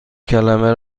کلمه